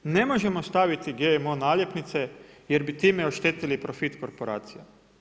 Ne možemo staviti GMO naljepnice jer bi time oštetili profit korporacija.